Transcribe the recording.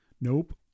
Nope